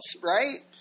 right